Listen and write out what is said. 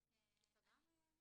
ברורה.